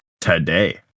today